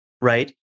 right